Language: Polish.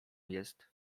jest